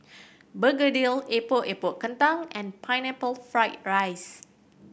begedil Epok Epok Kentang and Pineapple Fried rice